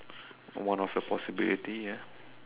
one of the possibility ya